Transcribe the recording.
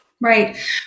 Right